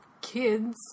kids